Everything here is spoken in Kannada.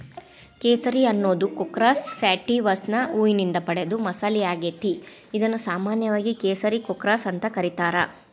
ಕೇಸರಿ ಅನ್ನೋದು ಕ್ರೋಕಸ್ ಸ್ಯಾಟಿವಸ್ನ ಹೂವಿನಿಂದ ಪಡೆದ ಮಸಾಲಿಯಾಗೇತಿ, ಇದನ್ನು ಸಾಮಾನ್ಯವಾಗಿ ಕೇಸರಿ ಕ್ರೋಕಸ್ ಅಂತ ಕರೇತಾರ